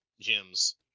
gems